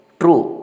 true